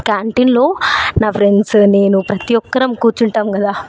క్యాంటీన్లో నా ఫ్రెండ్స్ నేను ప్రతి ఒక్కరం కూర్చుంటాము కదా